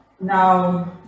Now